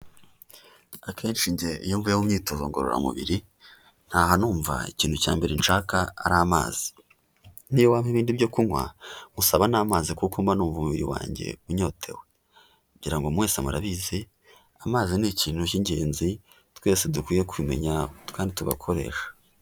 Akenshi njye iyo mvuye mu myitozo ngororamubiri, ntaha numva ikintu cya mbere nshaka ari amazi, niyo wampa ibindi byo kunywa ngusaba n'amazi kuko mba numva umubiri wanjye unyotewe, ngira ngo mwese murabizi amazi ni ikintu k'ingenzi twese dukwiye kumenya kandi tugakoresha.